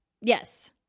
Yes